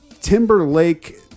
Timberlake